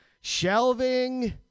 Shelving